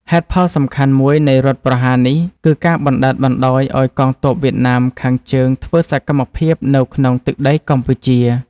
ហេតុផលសំខាន់មួយនៃរដ្ឋប្រហារនោះ គឺការបណ្តែតបណ្តោយឱ្យកងទ័ពវៀតណាមខាងជើងធ្វើសកម្មភាពនៅក្នុងទឹកដីកម្ពុជា។